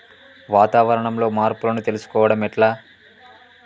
వాతావరణంలో మార్పులను తెలుసుకోవడం ఎట్ల?